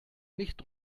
nicht